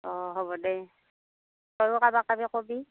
অঁ হ'ব দে তয়ো কাবাক কাবি কবি